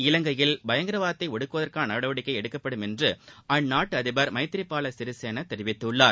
இலங்கையில் பயங்கரவாதத்தை ஒடுக்குவதற்கான நடவடிக்கை எடுக்கப்டும் என்று அந்நாட்டு அதிபர் மைத்ரி பால சிநிசேனா தெரிவித்துள்ளார்